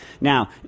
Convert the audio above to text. Now